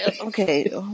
Okay